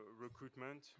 recruitment